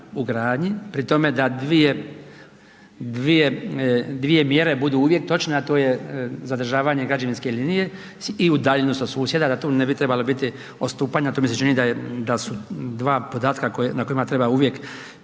u gradnji pri tome da dvije mjere budu uvjet točno, a to je zadržavanje građevinske linije i udaljenost sa susjeda, da tu ne bi trebale biti odstupanja, to mi se čini da su dva podatka na kojima treba uvijek